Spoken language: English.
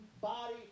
body